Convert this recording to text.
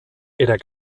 era